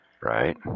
Right